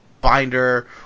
binder